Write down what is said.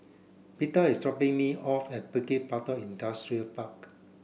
Beda is dropping me off at Bukit Batok Industrial Park